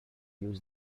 use